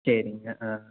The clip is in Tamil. சரிங்க ஆ